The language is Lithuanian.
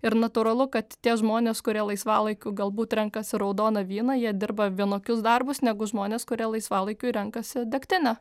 ir natūralu kad tie žmonės kurie laisvalaikiu galbūt renkasi raudoną vyną jie dirba vienokius darbus negu žmonės kurie laisvalaikiui renkasi degtinę